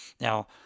Now